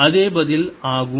அதே பதில் ஆகும்